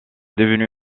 devenu